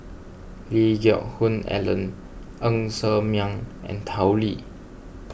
Lee Geck Hoon Ellen Ng Ser Miang and Tao Li